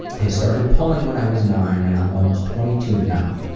i started pulling when i was nine, and i'm almost twenty two now.